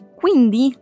quindi